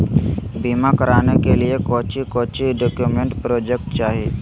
बीमा कराने के लिए कोच्चि कोच्चि डॉक्यूमेंट प्रोजेक्ट चाहिए?